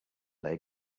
they